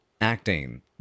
acting